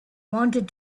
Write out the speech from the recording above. wanted